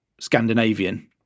Scandinavian